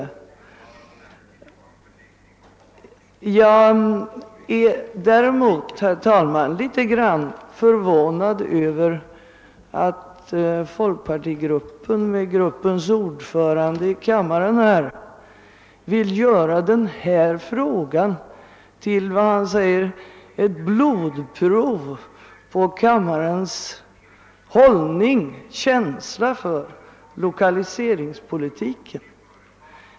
Jag är, herr talman, litet förvånad över att folkpartigruppens ordförande här vill göra denna fråga till, som han säger, ett blodprov på kammarens känsla för lokaliseringspolitiken.